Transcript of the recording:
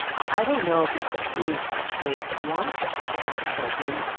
i don't know if we actually want to have children,